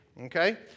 Okay